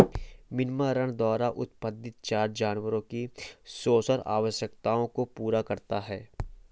विनिर्माण द्वारा उत्पादित चारा जानवरों की पोषण आवश्यकताओं को पूरा करता है